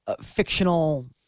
fictional